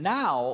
now